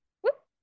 whoop